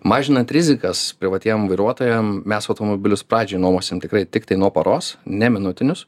mažinant rizikas privatiem vairuotojam mes automobilius pradžiai nuomosim tikrai tiktai nuo poros ne minutinius